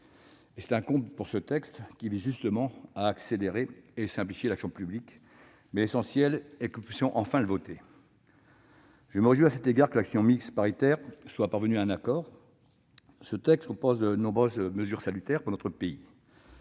C'est un comble pour un texte qui vise justement à accélérer et à simplifier l'action publique ! L'essentiel est toutefois que nous puissions enfin le voter. Je me réjouis à cet égard que la commission mixte paritaire soit parvenue à un accord. Ce texte comporte de multiples mesures salutaires pour notre pays.